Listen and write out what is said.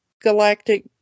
galactic